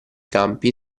campi